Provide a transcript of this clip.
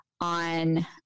on